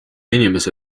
inimese